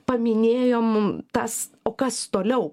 paminėjo mum tas o kas toliau